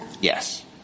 Yes